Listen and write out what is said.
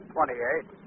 Twenty-eight